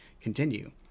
continue